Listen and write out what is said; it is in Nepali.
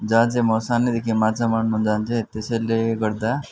जहाँ चाहिँ म सानैदेखि माछा मार्न जान्थेँ त्यसैले गर्दा